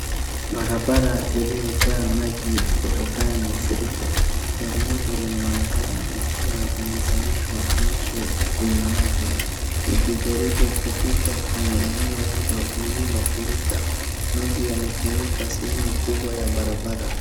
Barabara iliyojaa maji kutokana na mafuriko. Gari moja limeonekana likiwa limezamishwa nusu kwenye maji likijaribu kupita kwenye eneo hilo liliofurika. Maji yamefunika sehemu kubwa ya barabara.